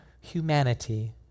humanity